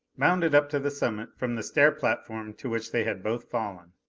bounded up to the summit from the stair platform to which they had both fallen.